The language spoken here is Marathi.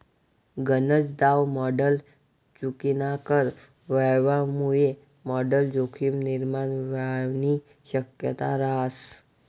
गनज दाव मॉडल चुकीनाकर व्हवामुये मॉडल जोखीम निर्माण व्हवानी शक्यता रहास